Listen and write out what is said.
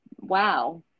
wow